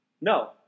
No